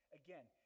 again